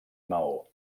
maó